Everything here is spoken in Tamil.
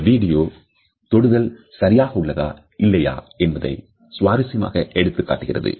இந்த வீடியோ தொடுதல் சரியாக உள்ளதா இல்லையா என்பதை சுவாரசியமாக எடுத்துக்காட்டுகிறது